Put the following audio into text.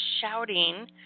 shouting